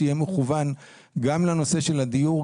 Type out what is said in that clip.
שיהיה מכוון גם לנושא של הדיור,